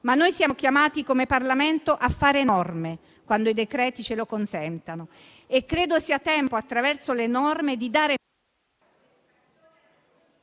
Ma noi siamo chiamati come Parlamento a fare norme, quando i decreti ce lo consentono; e credo sia tempo, attraverso le norme, di dare...